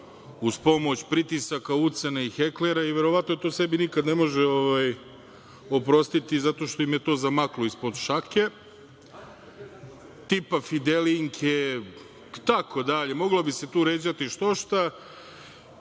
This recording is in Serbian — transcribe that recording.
uz pomoć pritisaka, ucena i heklera i verovatno to sebi nikada ne može oprostiti zato što im je to zamaklo ispod šake, tipa Fidelinke, i tako dalje, moglo bi se tu ređati što šta.